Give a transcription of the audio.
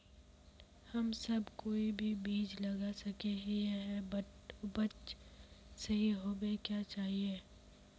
हम सब कोई भी बीज लगा सके ही है बट उपज सही होबे क्याँ चाहिए?